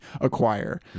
acquire